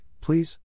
please